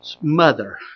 mother